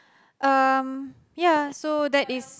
um ya so that is